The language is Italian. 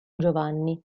giovanni